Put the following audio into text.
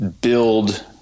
build